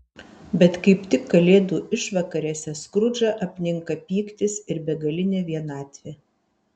bet kaip tik kalėdų išvakarėse skrudžą apninka pyktis ir begalinė vienatvė